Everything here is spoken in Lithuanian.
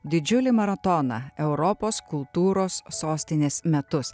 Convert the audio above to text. didžiulį maratoną europos kultūros sostinės metus